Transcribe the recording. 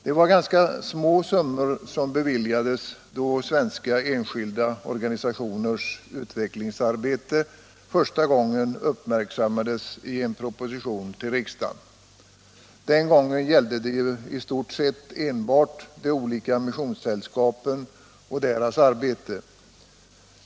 Det var ganska små summor som beviljades då enskilda svenska organisationers utvecklingsarbete första gången uppmärksammades i en proposition till riksdagen. Den gången gällde det i stort sett enbart de olika missionssällskapen och deras arbete.